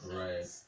right